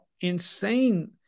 insane